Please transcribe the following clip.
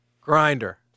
grinder